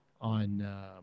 on